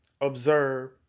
observe